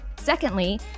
Secondly